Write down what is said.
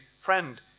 friend